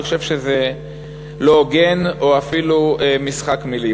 אני חושב שזה לא הוגן או אפילו משחק מילים.